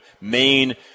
main